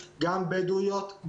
גם בדואיות,